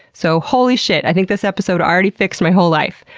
so, holy shit! i think this episode already fixed my whole life!